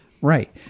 Right